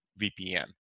VPN